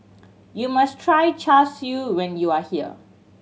you must try Char Siu when you are here